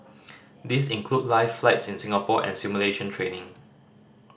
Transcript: these include live flights in Singapore and simulation training